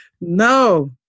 No